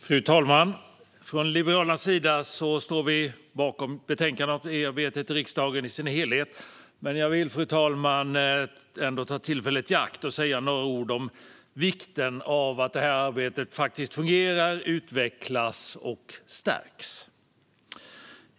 Fru talman! Från Liberalernas sida står vi bakom betänkandet om EU-arbetet i riksdagen i dess helhet. Men jag vill ändå, fru talman, ta tillfället i akt och säga några ord om vikten av att detta arbete fungerar, utvecklas och stärks.